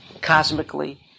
cosmically